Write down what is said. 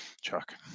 Chuck